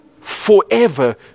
forever